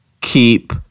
keep